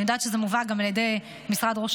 אני יודעת שזה מובא גם על ידי משרד ראש